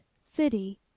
City